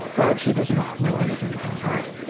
but she does not know anything about art,